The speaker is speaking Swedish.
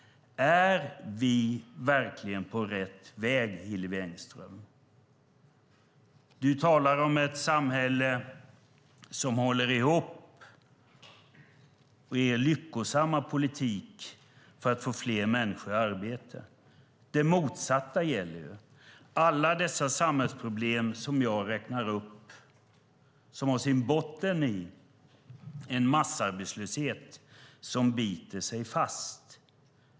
Är vi verkligen på rätt väg, Hillevi Engström? Du talar om ett samhälle som håller ihop och om er lyckosamma politik för att få fler människor i arbete. Det motsatta gäller ju. Alla dessa samhällsproblem som jag räknade upp har sin botten i en massarbetslöshet som biter sig fast.